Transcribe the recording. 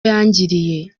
yangiriye